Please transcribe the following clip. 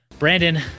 Brandon